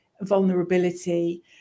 vulnerability